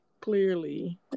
Clearly